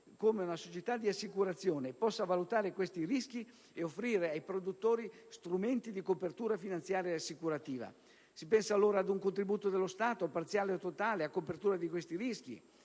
come una società di assicurazione possa valutare questi rischi e offrire ai produttori strumenti di copertura finanziaria ed assicurativa. Si pensa allora ad un contributo dello Stato, parziale o totale, a copertura di questi rischi?